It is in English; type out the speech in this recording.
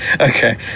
okay